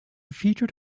featured